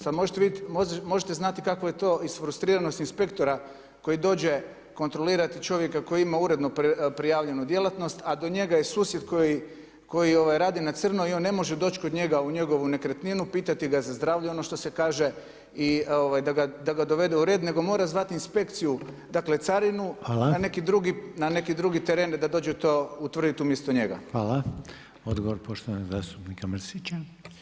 Sad možete znati kakva je to isfrustriranost inspektora koji dođe kontrolirati čovjeka koji ima uredno prijavljenu djelatnost a do njega je susjed koji radi na crno i on ne može doći kod njega u njegovu nekretninu, pitati ga za zdravlje ono što se kaže, da ga dovede u red, nego mora zvati inspekciju, dakle Carinu, na neki drugi teren da dođu to utvrditi umjesto njega.